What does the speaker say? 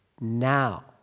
Now